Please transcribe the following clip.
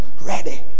ready